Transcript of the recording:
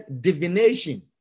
divination